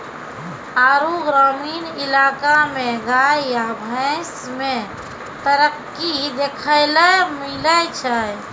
आरु ग्रामीण इलाका मे गाय या भैंस मे तरक्की देखैलै मिलै छै